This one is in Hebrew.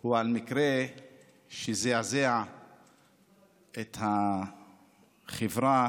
הוא על מקרה שזעזע את החברה